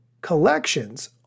collections